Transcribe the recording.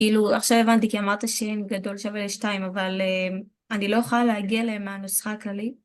כאילו עכשיו הבנתי כי אמרת שאין גדול שווה 2 אבל אני לא אוכל להגיע ל.. מהנוסחה הכללי